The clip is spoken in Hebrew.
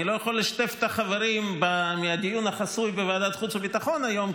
אני לא יכול לשתף את החברים בדיון החסוי בוועדת חוץ וביטחון היום,